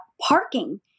parking